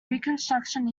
reconstruction